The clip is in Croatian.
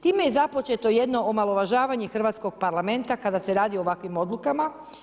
Time je započeto jedno omalovažavanje hrvatskog Parlamenta kada se radi o ovakvim odlukama.